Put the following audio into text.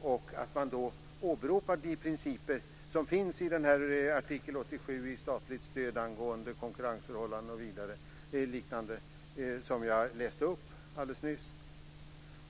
Regeringen har då åberopat de principer som finns i artikel 87 om statligt stöd angående konkurrensförhållanden och liknande som jag nyss läste upp.